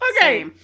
Okay